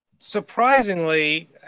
Surprisingly